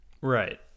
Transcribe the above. Right